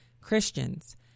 Christians